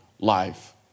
life